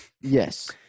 Yes